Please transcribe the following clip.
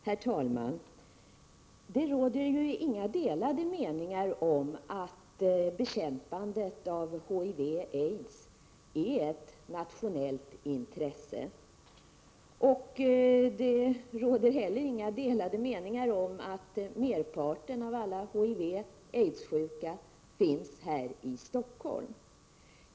Herr talman! Det råder ju inga delade meningar om att bekämpandet av HIV och aids är ett nationellt intresse. Det råder heller inga delade meningar om att merparten av alla HIV-smittade och aidssjuka finns här i Stockholm.